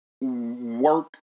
work